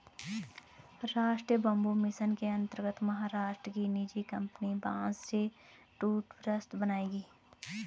राष्ट्रीय bamboo mission के अंतर्गत महाराष्ट्र की निजी कंपनी बांस से टूथब्रश बनाएगी